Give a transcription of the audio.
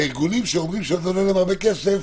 והארגונים שאומרים שעולה הרבה כסף